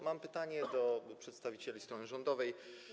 Mam pytanie do przedstawicieli strony rządowej: